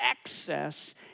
excess